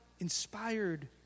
Inspired